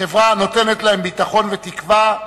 חברה הנותנת להם ביטחון ותקווה,